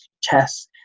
chess